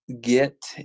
get